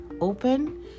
open